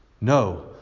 No